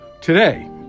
Today